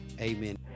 amen